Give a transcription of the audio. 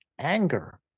anger